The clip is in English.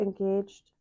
engaged